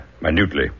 minutely